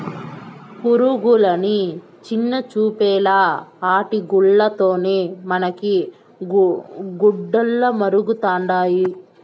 పురుగులని చిన్నచూపేలా ఆటి గూల్ల తోనే మనకి గుడ్డలమరుతండాయి